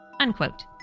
Unquote